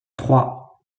trois